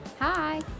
Hi